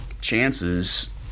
chances